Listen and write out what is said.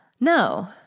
No